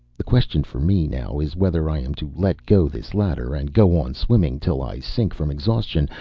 the question for me now is whether i am to let go this ladder and go on swimming till i sink from exhaustion,